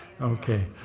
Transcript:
Okay